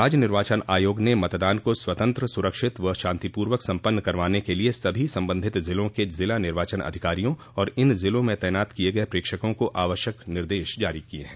राज्य निर्वाचन आयोग ने मतदान को स्वतंत्र सुरक्षित व शांतिपूर्वक सम्पन्न करवाने के लिए सभी संबंधित जिलों के जिला निर्वाचन अधिकारियों और इन जिलों में तैनात किये गये प्रेक्षकों को आवश्यक निर्देश जारी किये हैं